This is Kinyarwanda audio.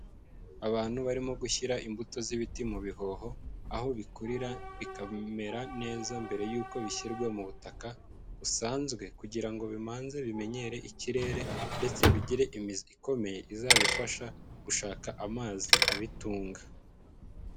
Abantu barimo gushyira imbuto z'ibiti mu bihoho, aho bikurira bikamera neza mbere y'uko bishyirwa mu butaka busanzwe kugira ngo bimanze bimenyere ikirere ndetse bigire imizi ikomeye izabifasha gushaka amazi abitunga.